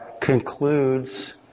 concludes